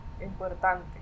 importante